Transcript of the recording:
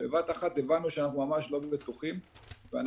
בבת אחת הבנו שאנחנו ממש לא בטוחים ואנחנו